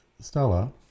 Stella